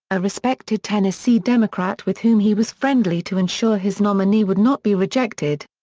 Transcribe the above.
a respected tennessee democrat with whom he was friendly to ensure his nominee would not be rejected.